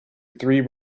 three